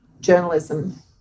journalism